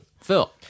Phil